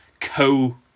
co